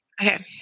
Okay